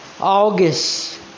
August